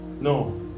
no